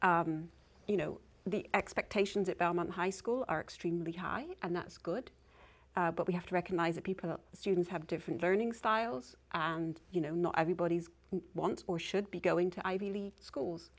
responsibility you know the expectations at belmont high school are extremely high and that's good but we have to recognize that people students have different learning styles and you know not everybody's wants or should be going to ivy league schools